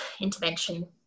intervention